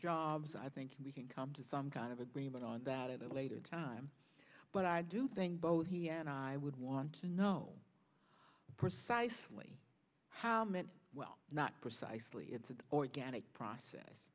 jobs i think we can come to some kind of agreement on that at a later time but i do think both he and i would want to know precisely how many well not precisely it's an organic process